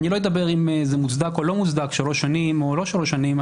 אני לא אדבר אם זה מוצדק או לא מוצדק שלוש שנים או לא שלוש שנים.